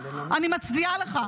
אני מצדיעה לך.